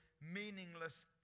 meaningless